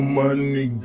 money